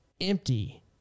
empty